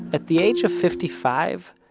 at the age of fifty-five,